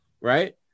Right